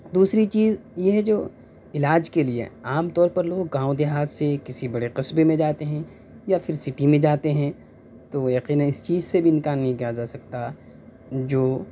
دوسری چیز یہ ہے جو علاج کے لیے عام طور پر لوگ گاؤں دیہات سے کسی بڑے قصبے میں جاتے ہیں یا پھر سٹی میں جاتے ہیں تو وہ یقیناً اس چیز سے بھی انکار نہیں کیا جا سکتا جو